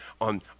on